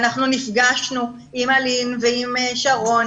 אנחנו נפגשנו עם אלין ועם שרון